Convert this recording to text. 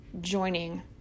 joining